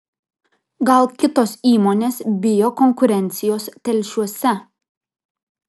gal kitos įmonės bijo konkurencijos telšiuose